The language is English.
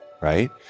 right